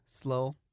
slow